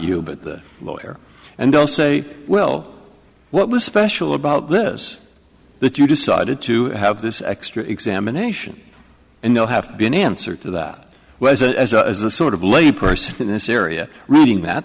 you but the lawyer and they'll say well what was special about this that you decided to have this extra examination and they'll have been answer to that whereas as a sort of lay person in this area reading that